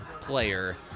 player